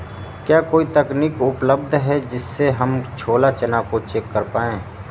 क्या कोई तकनीक उपलब्ध है जिससे हम छोला चना को चेक कर पाए?